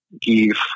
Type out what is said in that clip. give